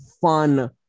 fun